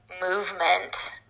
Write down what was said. movement